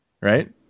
right